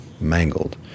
mangled